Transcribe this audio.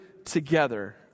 together